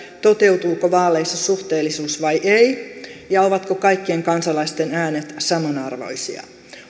toteutuuko vaaleissa suhteellisuus vai ei ja ovatko kaikkien kansalaisten äänet samanarvoisia